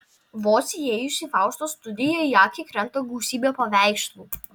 vos įėjus į faustos studiją į akį krenta gausybė paveikslų